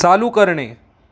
चालू करणे